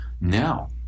now